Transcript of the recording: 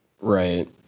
Right